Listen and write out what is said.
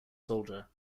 soldier